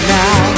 now